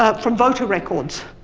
ah from voter records.